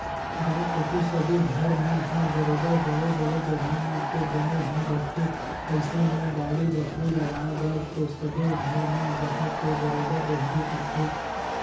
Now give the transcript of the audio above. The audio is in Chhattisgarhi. गाँव कोती सबे घर मन ह बरोबर बड़े बड़े जघा म तो बने ही रहिथे अइसन म बाड़ी बखरी लगाय बर तो सबे घर म जघा तो बरोबर रहिबे करथे